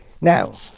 now